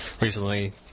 recently